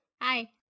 Hi